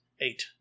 Eight